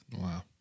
Wow